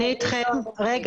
אם אתם רוצים